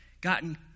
gotten